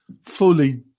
fully